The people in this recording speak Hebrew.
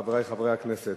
חברי חברי הכנסת,